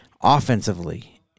offensively